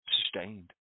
sustained